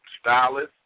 stylist